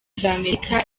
z’amerika